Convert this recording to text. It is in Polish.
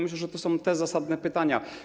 Myślę, że to są zasadne pytania.